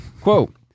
Quote